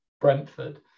Brentford